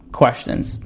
questions